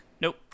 nope